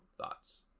thoughts